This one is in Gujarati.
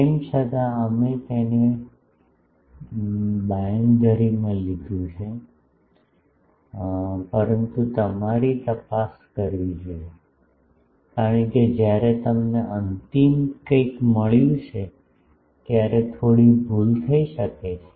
તેમ છતાં અમે તેને બાંધી બાંયધરીમાં લઈ લીધું છે પરંતુ તમારે તપાસ કરવી જોઈએ કારણ કે જ્યારે તમને અંતિમ કૈક મળ્યું છે ત્યારે થોડી ભૂલ થઈ શકે છે